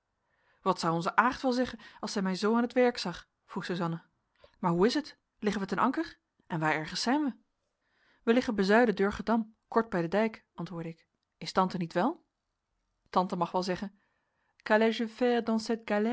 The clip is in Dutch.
wat zou onze aagt wel zeggen als zij mij zoo aan t werk zag vroeg suzanna maar hoe is het liggen wij ten anker en waar ergens zijn wij wij liggen bezuiden durgerdam kort bij den dijk antwoordde ik is tante niet wel tante mag wel zeggen